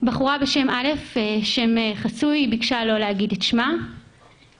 בחורה בשם א' שביקשה לא להגיד את שמה הגיעה